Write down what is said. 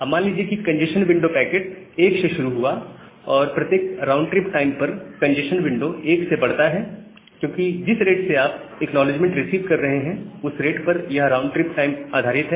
अब मान लीजिए कि कंजेस्शन विंडो पैकेट 1 से शुरू हुआ और प्रत्येक राउंड ट्रिप टाइम पर कंजेस्शन विंडो 1 से बढ़ता है क्योंकि जिस रेट से आप एक्नॉलेजमेंट रिसीव कर रहे हैं उस रेट पर यह राउंड ट्रिप टाइम आधारित है